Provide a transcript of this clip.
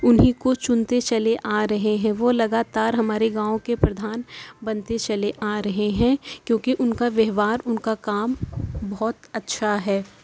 انہیں کو چنتے چلے آ رہے ہیں وہ لگاتار ہمارے گاؤں کے پردھان بنتے چلے آ رہے ہیں کیونکہ ان کا وہوہار ان کا کام بہت اچھا ہے